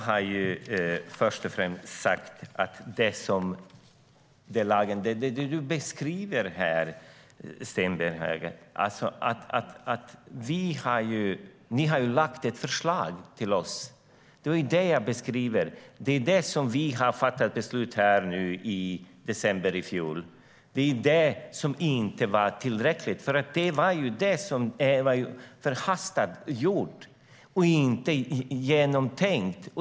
Herr talman! Alliansen har lagt fram ett förslag till oss. Det var det vi fattade beslut om i december i fjol, men det var inte tillräckligt. Förslaget var förhastat och ogenomtänkt.